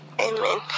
Amen